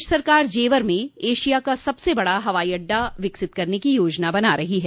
प्रदेश सरकार जेवर में एशिया का सबसे बड़ा हवाई अड्डा विकसित करने की योजना बना रही है